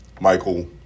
Michael